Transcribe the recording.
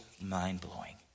mind-blowing